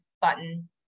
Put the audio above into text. button